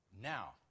now